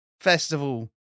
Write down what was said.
Festival